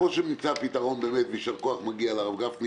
כמו שנמצא פתרון ומגיע יישר כוח לרב גפני